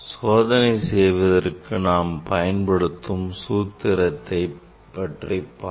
சோதனை செய்வதற்கு நாம் பயன்படுத்தும் சூத்திரத்தை பற்றி பார்ப்போம்